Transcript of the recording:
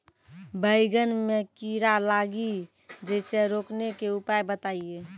बैंगन मे कीड़ा लागि जैसे रोकने के उपाय बताइए?